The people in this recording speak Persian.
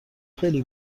خیلی